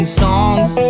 songs